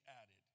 added